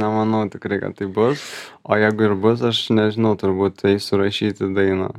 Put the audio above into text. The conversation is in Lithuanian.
nemanau tikrai kad tai bus o jeigu ir bus aš nežinau turbūt eisiu rašyti dainą